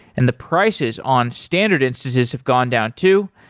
and the prices on standard instances have gone down too.